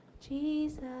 Jesus